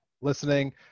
listening